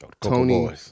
tony